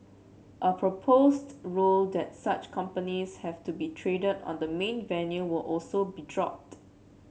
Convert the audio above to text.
a proposed rule that such companies have to be traded on the main venue will also be dropped